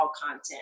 content